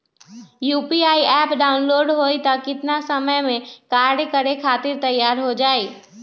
UPI app download होई त कितना समय मे कार्य करे खातीर तैयार हो जाई?